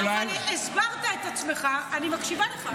הסברת את עצמך, אני מקשיבה לך.